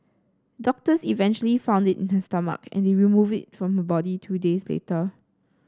doctors eventually found it in her stomach and removed it from her body two days later